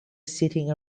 sitting